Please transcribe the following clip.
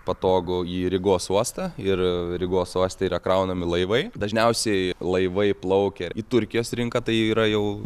patogu į rygos uostą ir rygos uoste yra kraunami laivai dažniausiai laivai plaukia į turkijos rinką tai yra jau